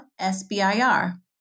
SBIR